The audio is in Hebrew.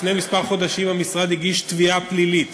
לפני כמה חודשים המשרד הגיש תביעה פלילית